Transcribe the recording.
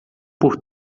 por